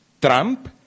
Trump